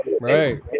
right